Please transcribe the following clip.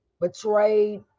betrayed